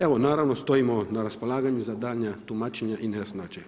Evo naravno stojimo na raspolaganju za daljnja tumačenja i nejasnoće.